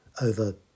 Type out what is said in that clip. over